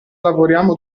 lavoriamo